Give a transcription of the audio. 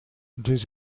deux